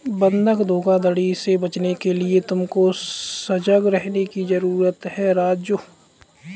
बंधक धोखाधड़ी से बचने के लिए तुमको सजग रहने की जरूरत है राजु